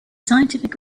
scientific